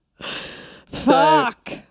Fuck